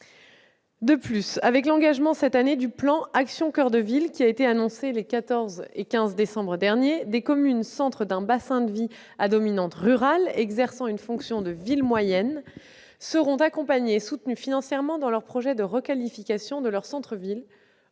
De plus, avec l'engagement, cette année, du plan Action coeur de ville, annoncé les 14 et 15 décembre dernier, des communes centres d'un bassin de vie à dominante rurale exerçant une fonction de « ville moyenne » seront accompagnées et soutenues financièrement dans leur projet de requalification de leur centre-ville,